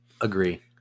Agree